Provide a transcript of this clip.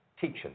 teachers